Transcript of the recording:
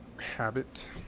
habit